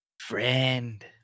friend